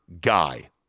guy